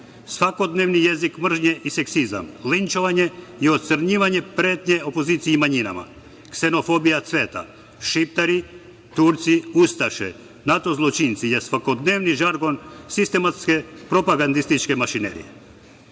svakodnevni jezik mržnje i seksizam, linčovanje i ocrnjivanje, pretnje opoziciji i manjinama, ksenofobija cveta, Šiptari, Turci, ustaše, NATO zločinci, svakodnevni žargon propagandne mašinerije.U